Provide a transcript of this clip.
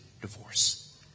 divorce